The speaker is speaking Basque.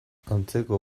antzeko